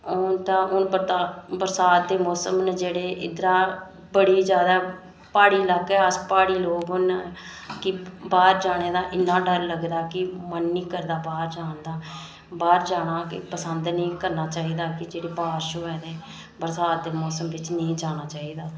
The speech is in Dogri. हुन तां हून बरसात दे मौसम न जेह्ड़े उद्धरा बड़ी जादै प्हाड़ी ल्हाके अस प्हाड़ी लोक होन्ने आं कि बाहर जाने दा इन्ना डर लगदा कि मन निं करदा बाह्र जाने दा बाह्र जाना पसंद निं करना चाहिदा की जेह्ड़ी बारिश होऐ ते बरसात दे मौसम बिच नेईं जाना चाहिदा